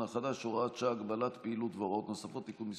החדש (הוראת שעה) (הגבלת פעילות והוראות נוספות) (תיקון מס'